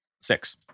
Six